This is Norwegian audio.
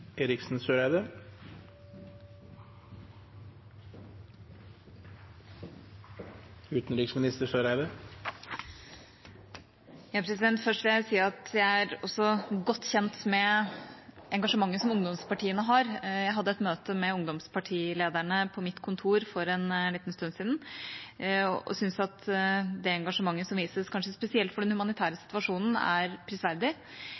også godt kjent med engasjementet som ungdomspartiene har. Jeg hadde et møte med ungdomspartilederne på mitt kontor for en liten stund siden og syns at det engasjementet som vises, kanskje spesielt for den humanitære situasjonen, er prisverdig.